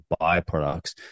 byproducts